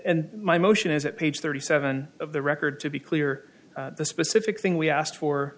but my motion is at page thirty seven of the record to be clear the specific thing we asked for